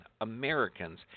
Americans